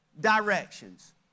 directions